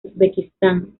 uzbekistán